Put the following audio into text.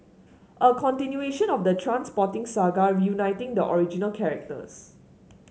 a continuation of the Trainspotting saga reuniting the original characters